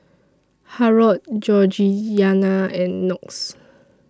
Harrold Georgianna and Knox